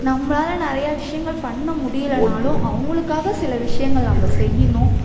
நம்மளால் நிறையா விஷயங்கள் பண்ணமுடியலனாலும் அவங்களுக்காக சில விஷயங்கள் நம்ம செய்யணும்